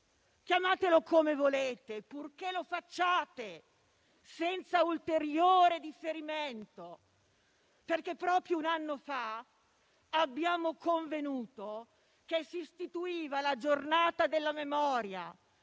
Chiamatelo come volete, purché lo facciate, senza ulteriore differimento, perché proprio un anno fa abbiamo convenuto che si istituiva la giornata della memoria